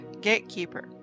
gatekeeper